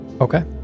Okay